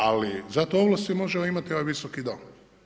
Ali zato ovlasti može imati ovaj Visoki dom.